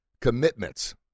commitments